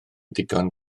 ddigon